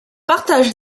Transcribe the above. partage